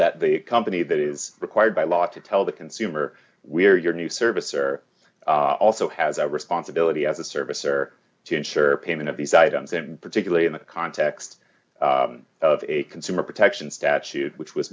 that the company that is required by law to tell the consumer we are your new service or also has a responsibility as a service or to insure payment of these items and particularly in the context of a consumer protection statute which was